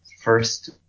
first